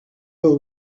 will